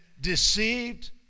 deceived